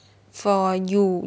for you